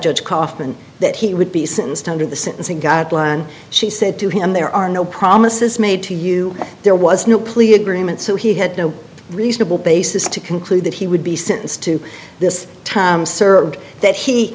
judge kaufman that he would be sentenced under the sentencing guideline she said to him there are no promises made to you there was no plea agreement so he had no reasonable basis to conclude that he would be sentenced to this time served that he